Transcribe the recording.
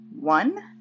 One